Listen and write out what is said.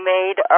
made